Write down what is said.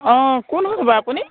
অঁ কোন হয় বাৰু আপুনি